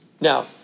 Now